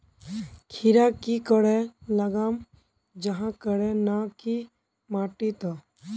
खीरा की करे लगाम जाहाँ करे ना की माटी त?